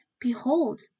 Behold